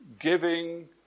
Giving